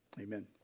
amen